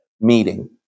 meeting